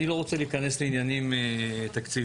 אני לא רוצה להיכנס לעניינים תקציביים,